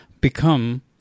become